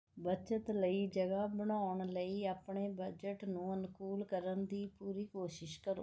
ਬੱਚਤ ਲਈ ਜਗ੍ਹਾ ਬਣਾਉਣ ਲਈ ਆਪਣੇ ਬਜਟ ਨੂੰ ਅਨੁਕੂਲ ਕਰਨ ਦੀ ਪੂਰੀ ਕੋਸ਼ਿਸ਼ ਕਰੋ